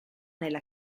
nella